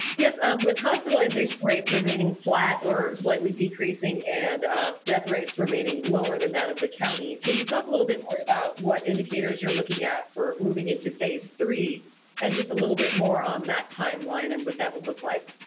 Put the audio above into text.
yes um with hospitalization rates remaining flat or slightly decreasing and death rates remaining lower than that of the county can you talk a little bit more about what indicators you're looking at for moving into phase three and just a little bit more on that timeline and what that would look like?